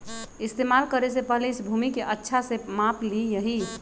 इस्तेमाल करे से पहले इस भूमि के अच्छा से माप ली यहीं